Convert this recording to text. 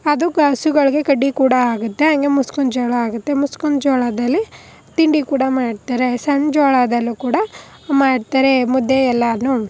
ಅದು ಕಾಸುಗಳಿಗೆ ಕಡ್ಡಿ ಕೂಡ ಆಗುತ್ತೆ ಹಂಗೆ ಮುಸ್ಕಿನ ಜೋಳ ಆಗುತ್ತೆ ಮುಸ್ಕಿನ ಜೋಳದಲ್ಲಿ ತಿಂಡಿ ಕೂಡ ಮಾಡ್ತಾರೆ ಸಣ್ಣ ಜೋಳದಲ್ಲೂ ಕೂಡ ಮಾಡ್ತಾರೆ ಮುದ್ದೆ ಎಲ್ಲದನ್ನೂ